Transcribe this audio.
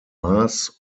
mars